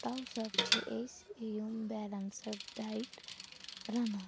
توصب چھِ أسۍ یِم بیلَنسٕڈ ڈایِٹ رَنان